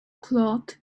cloth